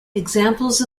examples